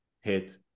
hit